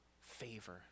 favor